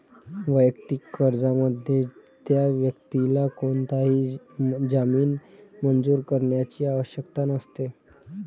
वैयक्तिक कर्जामध्ये, त्या व्यक्तीला कोणताही जामीन मंजूर करण्याची आवश्यकता नसते